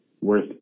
worth